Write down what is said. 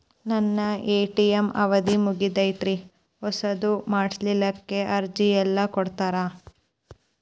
ನನ್ನ ಎ.ಟಿ.ಎಂ ಅವಧಿ ಮುಗದೈತ್ರಿ ಹೊಸದು ಮಾಡಸಲಿಕ್ಕೆ ಅರ್ಜಿ ಎಲ್ಲ ಕೊಡತಾರ?